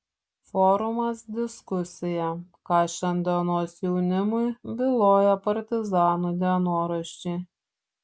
forumas diskusija ką šiandienos jaunimui byloja partizanų dienoraščiai